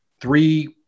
three